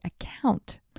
account